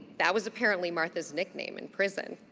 that was apparently martha's nickname in prison,